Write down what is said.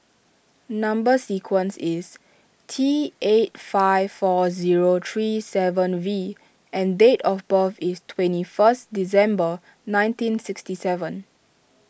Number Sequence is T eight five four zero two three seven V and date of birth is twenty first December nineteen sixty seven